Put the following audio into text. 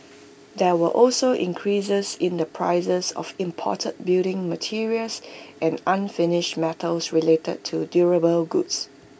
there were also increases in the prices of imported building materials and unfinished metals related to durable goods